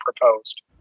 proposed